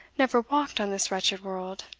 never walked on this wretched world?